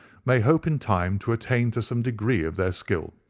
may hope in time to attain to some degree of their skill.